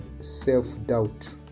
self-doubt